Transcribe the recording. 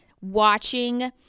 watching